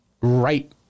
right